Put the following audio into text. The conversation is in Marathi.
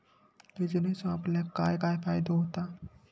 योजनेचो आपल्याक काय काय फायदो होता?